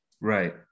Right